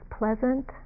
pleasant